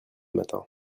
matin